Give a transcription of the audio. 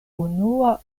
unua